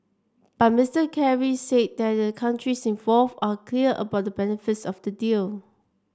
but Mister Kerry said that the countries involved are clear about the benefits of the deal